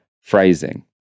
phrasing